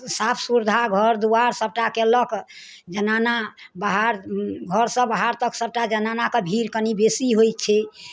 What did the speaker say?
साफ सुरधा घर दुआर सभटा कयलक जनाना बाहर घरसँ बाहर तक सभटा जनानाके भीड़ कनि बेसी होइ छै